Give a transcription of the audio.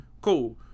cool